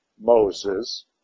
Moses